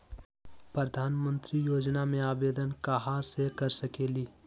प्रधानमंत्री योजना में आवेदन कहा से कर सकेली?